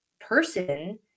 person